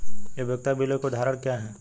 उपयोगिता बिलों के उदाहरण क्या हैं?